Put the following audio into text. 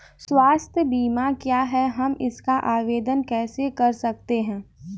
स्वास्थ्य बीमा क्या है हम इसका आवेदन कैसे कर सकते हैं?